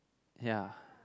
ya